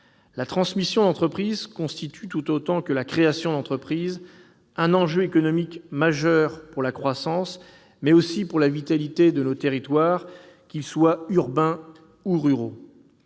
La transmission d'entreprise constitue, tout autant que la création d'entreprises, un enjeu économique majeur pour la croissance, mais aussi pour la vitalité de nos territoires, qu'ils soient urbains ou ruraux.